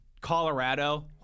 Colorado